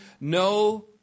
no